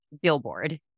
billboard